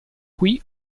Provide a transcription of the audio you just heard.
qui